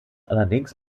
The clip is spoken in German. allerdings